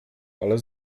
ale